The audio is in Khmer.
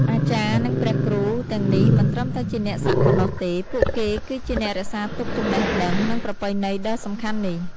អាចារ្យ និងព្រះគ្រូទាំងនេះមិនត្រឹមតែជាអ្នកសាក់ប៉ុណ្ណោះទេ ពួកគេគឺជាអ្នករក្សាទុកចំណេះដឹង និងប្រពៃណីដ៏សំខាន់នេះ។